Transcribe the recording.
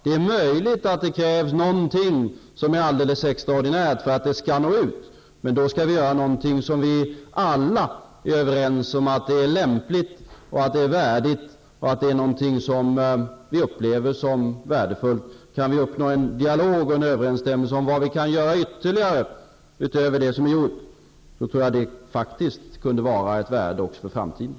Det är möjligt att det krävs någonting som är alldeles extraordinärt för att det skall nå ut, men då skall vi göra någonting som vi alla anser vara lämpligt, värdigt och värdefullt. Kan vi föra en dialog och uppnå en överenskommelse om vad vi kan göra ytterligare utöver vad som har gjorts, tror jag att det faktiskt också kunde vara av värde med tanke på framtiden.